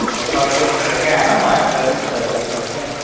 फर्क ऐ ना मास्टर ते प्रोफेसर च फर्क ऐ ना